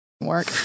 work